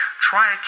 Try